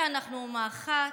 כי אנחנו אומה אחת.